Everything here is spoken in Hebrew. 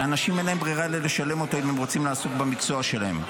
שלאנשים אין ברירה אלא לשלם אותו אם הם רוצים לעסוק במקצוע שלהם,